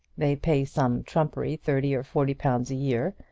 they pay some trumpery thirty or forty pounds a year,